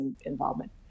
involvement